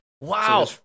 Wow